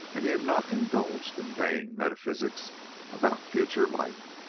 and he had not indulged in vain metaphysics about future life.